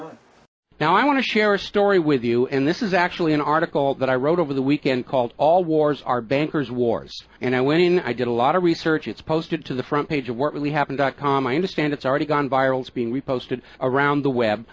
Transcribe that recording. you now i want to share a story with you and this is actually an article that i wrote over the weekend called all wars are bankers wars and i went in i did a lot of research it's posted to the front page of what really happened dot com i understand it's already gone viral it's been we posted around the web